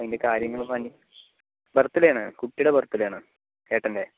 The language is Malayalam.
അതിൻ്റെ കാര്യങ്ങൾ ഒന്ന് അന്വേഷിച്ച് ബർത്ത്ഡേ ആണ് കുട്ടിയുടെ ബർത്ത്ഡേ ആണ് ഏട്ടൻ്റെ